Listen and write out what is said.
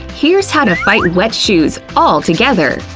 here's how to fight wet shoes all together.